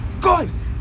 Guys